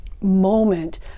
moment